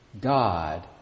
God